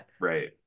right